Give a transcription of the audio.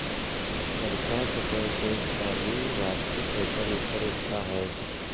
वर्षा सतह से पानी वाष्पित होकर ऊपर उठता है